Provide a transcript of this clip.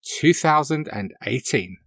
2018